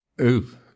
Oof